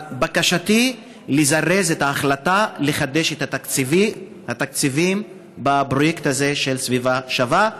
אבל בקשתי: לזרז את ההחלטה לחדש את התקציבים בפרויקט הזה של סביבה שווה,